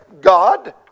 God